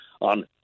on